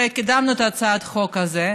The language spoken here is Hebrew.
וקידמנו את הצעת החוק הזאת.